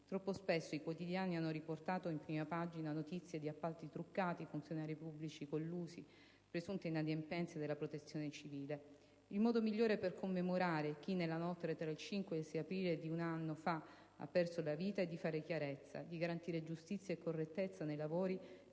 troppo spesso i quotidiani hanno riportato in prima pagina notizie di appalti truccati, funzionari pubblici collusi, presunte inadempienze della protezione civile. Il modo migliore per commemorare chi nella notte tra il 5 e il 6 aprile di un anno fa ha perso la vita è fare chiarezza, garantire giustizia e correttezza nei lavori